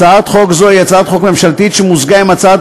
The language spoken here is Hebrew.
הצעת חוק זו היא הצעת חוק ממשלתית שמוזגה עם הצעת